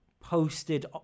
Posted